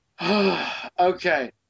okay